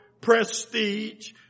prestige